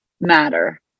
matter